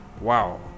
wow